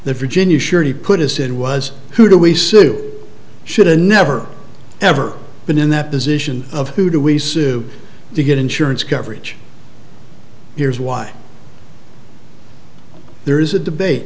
that virginia surety put us in was who do we sue should a never ever been in that position of who do we sue to get insurance coverage here's why there is a debate